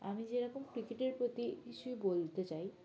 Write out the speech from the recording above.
আমি যেরকম ক্রিকেটের প্রতি কিছু বলতে চাই